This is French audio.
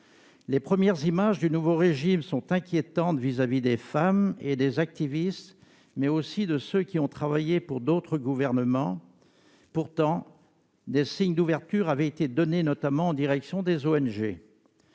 Les premières images du nouveau régime sont inquiétantes vis-à-vis non seulement des femmes et des activistes, mais aussi de ceux qui ont travaillé pour d'autres gouvernements. Pourtant, des signes d'ouverture avaient été donnés, notamment en direction des